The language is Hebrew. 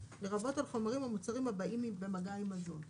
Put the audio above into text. לרבות על חומרים או מוצרים הבאים במגע עמהם.